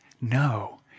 no